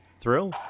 thrill